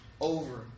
over